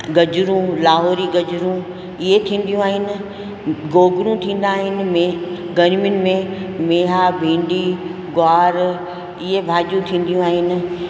गजिरूं लाहोरी गजिरूं इहे थींदियूं आहिनि गोगिड़ूं थींदा आहिनि में गर्मियुनि में मेहा भींडी गुवार इहे भाॼियूं थींदियूं आहिनि